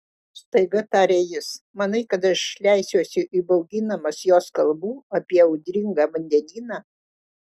staiga tarė jis manai kad aš leisiuosi įbauginamas jos kalbų apie audringą vandenyną